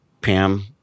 Pam